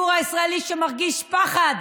הציבור הישראלי שמרגיש פחד.